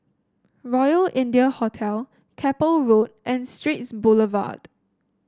Royal India Hotel Keppel Road and Straits Boulevard